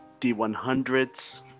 d100s